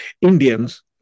Indians